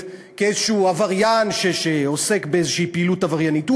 כאיזה עבריין שעוסק באיזו פעילות עבריינית.